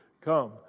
come